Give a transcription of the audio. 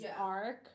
arc